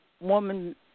woman